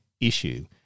issue